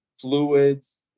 fluids